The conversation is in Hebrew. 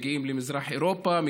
מגיעים למזרח אירופה,